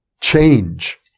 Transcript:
change